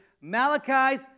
Malachi's